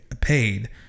paid